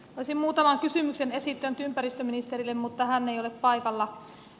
olisin muutaman kysymyksen esittänyt ympäristöministerille mutta hän ei ole paikalla